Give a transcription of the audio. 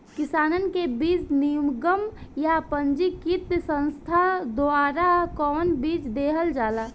किसानन के बीज निगम या पंजीकृत संस्था द्वारा कवन बीज देहल जाला?